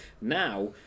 Now